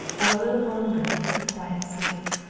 of a little longer for quiet sleep.